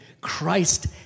Christ